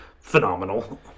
phenomenal